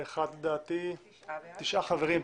הצבעה בעד,